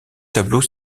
tableau